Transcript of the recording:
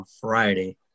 Friday